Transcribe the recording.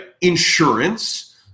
Insurance